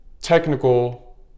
technical